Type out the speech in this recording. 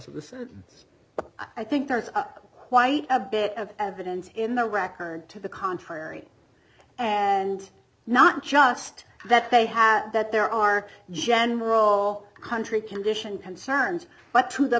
sentence but i think there's quite a bit of evidence in the record to the contrary and not just that they have that there are general country condition concerns but to the